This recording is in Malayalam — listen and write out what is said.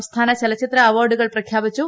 സംസ്ഥാന ചലച്ചിത്ര അവാർഡുകൾപ്രഖ്യാപിച്ചു